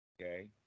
Okay